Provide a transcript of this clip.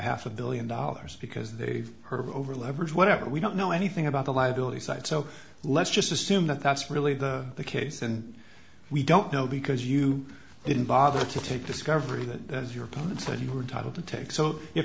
half a billion dollars because they gave her over leverage whatever we don't know anything about the liability side so let's just assume that that's really the case and we don't know because you didn't bother to take discovery that as your opponent said you were title to take so if